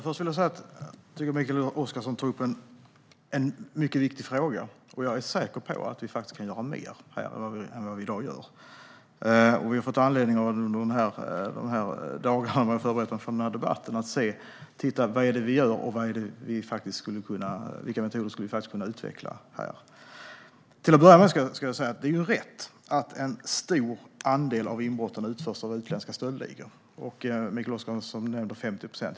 Herr talman! Mikael Oscarsson tar upp en mycket viktig fråga. Jag är säker på att vi kan göra mer än vad vi i dag gör. Under de dagar när jag förberett mig för den här debatten har jag haft anledning att titta på vad vi gör och vilka metoder vi skulle kunna utveckla här. Till att börja med är det rätt att en stor andel av inbrotten utförs av utländska stöldligor. Mikael Oscarsson nämner 50 procent.